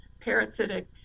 parasitic